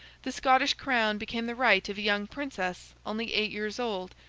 the scottish crown became the right of a young princess only eight years old,